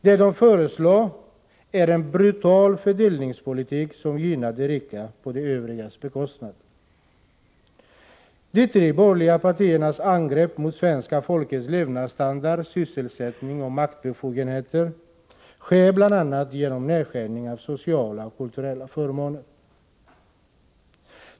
Det man föreslår är en brutal fördelningspolitik, som gynnar de rika på de övrigas bekostnad. De tre borgerliga partiernas angrepp mot svenska folkets levnadsstandard, sysselsättning och maktbefogenheter sker bl.a. genom nedskärningar av sociala och kulturella förmåner.